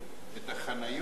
את החניות,